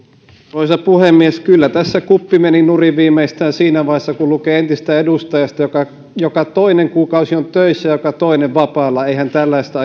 arvoisa puhemies kyllä tässä kuppi meni nurin viimeistään siinä vaiheessa kun luki entisestä edustajasta joka on joka toinen kuukausi töissä ja joka toinen vapaalla eihän tällaista